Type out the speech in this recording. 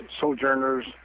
sojourners